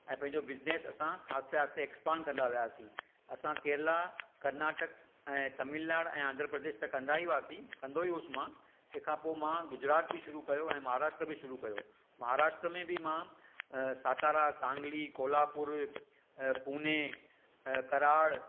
ऐं पहिंजो बिज़नेस असां आस्ते आस्ते ऐक्सपांड कंदा विआसीं असां केरला करनाटक ऐं तमिलनाडु आंध्र प्रदेश त कंदा ई हुआसीं कंदो ई हुअसि मां तंहिंखां पोइ मां गुजरात बि शुरू कयो ऐं महाराष्ट्र बि शुरू कयो महाराष्ट्र में बि मां सातारा सांगली कोल्हापुर पूणे कराड़